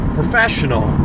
professional